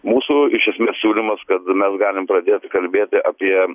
mūsų iš esmės siūlymas kad mes galim pradėti kalbėti apie